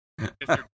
Mr